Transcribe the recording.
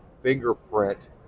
fingerprint